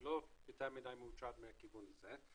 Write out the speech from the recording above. אני לא יותר מדי מוטרד מהכיוון הזה.